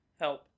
help